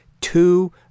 two